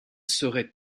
seraient